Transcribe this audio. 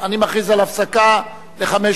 הפסקה לחמש